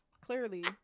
Clearly